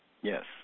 Yes